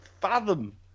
fathom